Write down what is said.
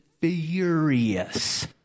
furious